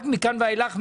רק מכאן ואילך,